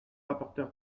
rapporteur